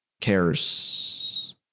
cares